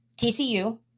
TCU